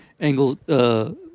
angle